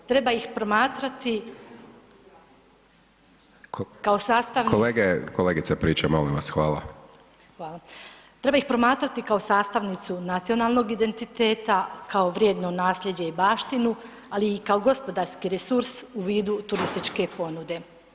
Treba ih promatrati kao [[Upadica: Kolege, kolegica priča, molim vas, hvala.]] sastavni, hvala, treba ih promatrati kao sastavnicu nacionalnog identiteta, kao vrijedno naslijeđe i baštinu, ali i kao gospodarski resurs u vidu turističke ponude.